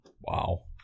Wow